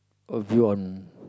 oh view on